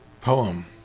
poem